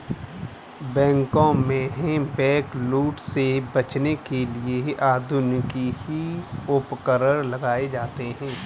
बैंकों में बैंकलूट से बचने के लिए आधुनिक उपकरण लगाए जाते हैं